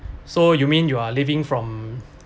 so you mean you are living from